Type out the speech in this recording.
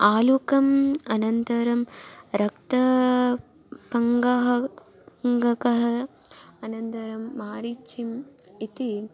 आलुकम् अनन्तरं रक्तफलं पङ्गकः अनन्तरं मरीचिका इति